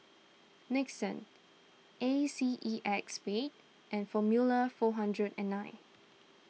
Nixon A C E X Spade and formula four hundred and nine